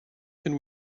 can